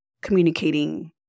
communicating